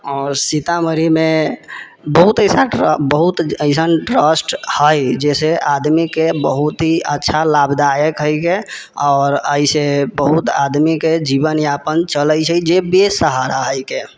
आओर सीतामढ़ीमे बहुत अइसा ट्रस्ट बहुत एसन ट्रस्ट हइ जाहिसँ आदमीके बहुत ही अच्छा लाभदायक हइके आओर अइसे बहुत आदमीके जीवन यापन चलै छै जे बेसहारा हइके